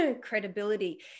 credibility